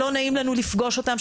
שלא נעים לפגוש אותם,